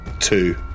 two